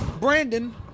Brandon